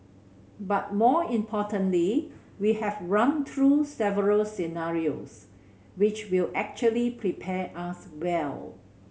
but more importantly we have run through several scenarios which will actually prepare us well